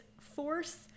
force